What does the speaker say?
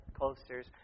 coasters